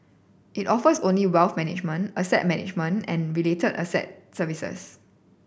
it offers only wealth management asset management and related asset services